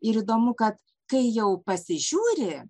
ir įdomu kad kai jau pasižiūri